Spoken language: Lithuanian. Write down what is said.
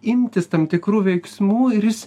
imtis tam tikrų veiksmų ir jis